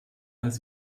als